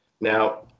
now